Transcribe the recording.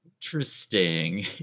Interesting